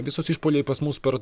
visus išpuoliai pas mus per